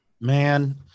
Man